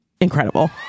incredible